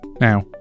Now